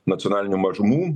nacionalinių mažumų